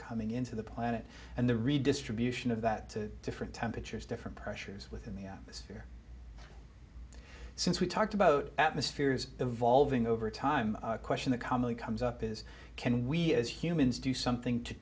coming into the planet and the redistribution of that to different temperatures different pressures within the atmosphere since we talked about atmospheres evolving over time a question the comedy comes up is can we as humans do something to